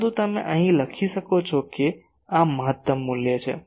પરંતુ તમે અહીં લખો છો કે આ મહત્તમ મૂલ્ય છે